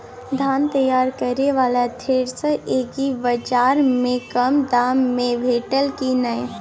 धान तैयार करय वाला थ्रेसर एग्रीबाजार में कम दाम में भेटत की नय?